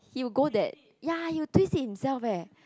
he'll go that ya he will twist it himself eh